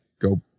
go